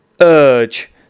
urge